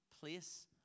place